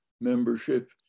membership